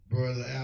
Brother